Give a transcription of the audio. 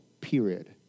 period